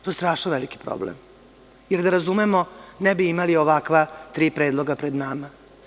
To je strašno veliki problem jer da razumemo ne bi imali ovakva tri predloga pred nama.